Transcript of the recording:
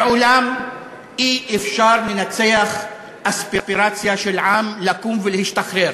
לעולם אי-אפשר לנצח אספירציה של עם לקום ולהשתחרר.